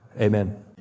Amen